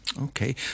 okay